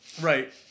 Right